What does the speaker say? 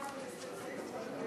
מיקי רוזנטל,